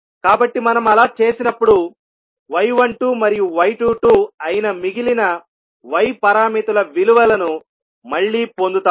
కాబట్టి మనం అలా చేసినప్పుడు y12 మరియు y22 అయిన మిగిలిన Y పారామితుల విలువలను మళ్ళీ పొందుతాము